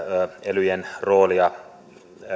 elyjen roolia